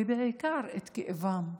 ובעיקר את כאבם.